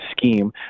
scheme